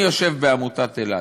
אני יושב בעמותת אלע"ד,